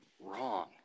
wrong